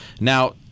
Now